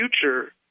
future